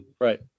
Right